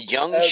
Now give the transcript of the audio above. Young